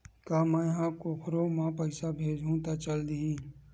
का मै ह कोखरो म पईसा भेजहु त चल देही?